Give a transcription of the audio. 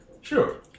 Sure